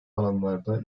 alanlarda